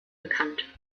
bekannt